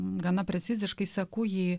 gana preciziškai sakau ji